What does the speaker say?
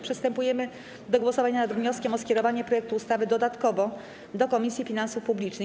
Przystępujemy do głosowania nad wnioskiem o skierowanie projektu ustawy dodatkowo do Komisji Finansów Publicznych.